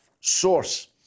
source